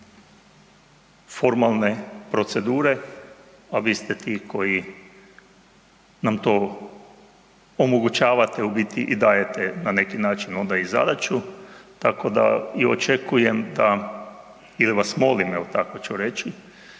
formalne procedure a vi ste ti koji nam to omogućavate, u biti i dajete na neki način onda i zadaću, tako da i očekujem da ili vas molim, evo tako ću reći,